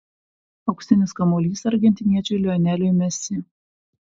auksinis kamuolys argentiniečiui lioneliui messi